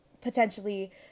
potentially